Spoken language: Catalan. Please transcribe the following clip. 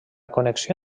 connexió